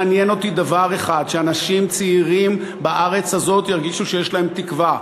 מעניין אותי דבר אחד: שאנשים צעירים בארץ הזאת ירגישו שיש להם תקווה,